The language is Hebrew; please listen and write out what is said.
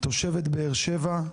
תושבת באר שבע.